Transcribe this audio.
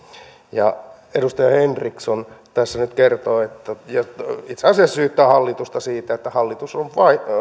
ja edustaja henriksson tässä nyt kertoo ja itse asiassa syyttää hallitusta siitä että hallitus on